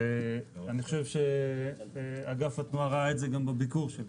אני חושב שאגף התנועה ראה את זה גם בביקור שלי,